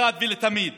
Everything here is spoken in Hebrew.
שאחת ולתמיד